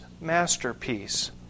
masterpiece